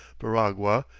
veragua,